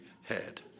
head